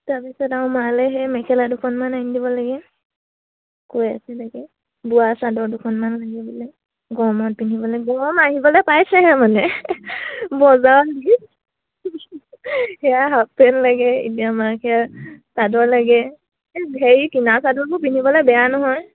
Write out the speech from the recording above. তাৰপিছত আৰু মালে সেই মেখেলা দুখনমান আনি দিব লাগে কৈ আছে লাগে বোৱা চাদৰ দুখনমান লাগে বোলে গৰমত পিন্ধিবলে গৰম আহিবলে পাইছেহে মানে বজাৰ লি সেয়া হাফ পেন্ট লাগে এতিয়া মাৰ সেয়া চাদৰ লাগে এই হেৰি কিনা চাদৰবোৰ পিন্ধিবলে বেয়া নহয়